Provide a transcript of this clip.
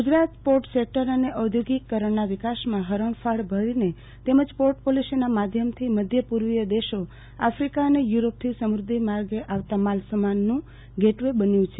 Gujarat port sector અને ઉધોથોગિકીકરણના વિકાસમાં હરણફાળ ભરીને તેમજ પોર્ટ પોલિસીનાં માધ્યમ થી મધ્યપૂર્વીય દેશોઆફિકાં અને યુરોપ થી સમુદ્રી માર્ગ આવેતા માલ સમાનનું ગેટવે બન્યું છે